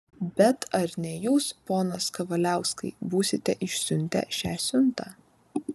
bet ar ne jūs ponas kavaliauskai būsite išsiuntę šią siuntą